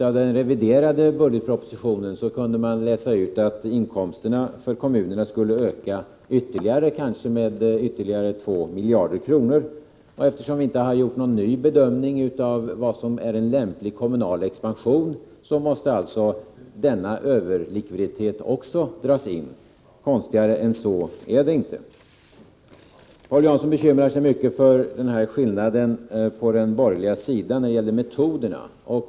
Av den reviderade budgetpropositionen kunde man läsa ut att inkomsterna för kommunerna skulle öka med ytterligare 2 miljarder kronor, och eftersom vi inte har gjort en ny bedömning av vad som är en lämplig kommunal expansion, måste alltså miska frågor denna överlikviditet också dras in. Konstigare än så är det inte. Paul Jansson bekymrar sig mycket för skillnaderna på den borgerliga sidan när det gäller metoder.